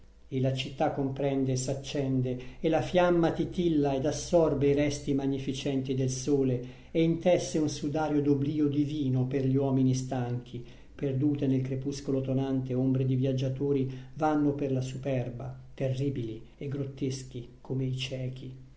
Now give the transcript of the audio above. e la città comprende e s'accende e la fiamma titilla ed assorbe i resti magnificenti del sole e intesse un sudario d'oblio divino per gli uomini stanchi perdute nel crepuscolo tonante ombre di viaggiatori vanno per la superba terribili e grotteschi come i ciechi